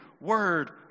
word